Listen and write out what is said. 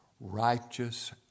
righteous